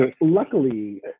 luckily